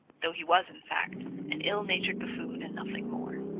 though he was, in fact, an ill-natured buffoon and nothing more.